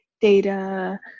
data